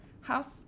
house